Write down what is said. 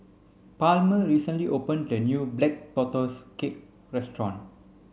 Palmer recently opened a new black tortoise cake restaurant